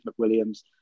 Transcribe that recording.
McWilliams